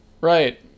right